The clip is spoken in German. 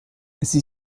sie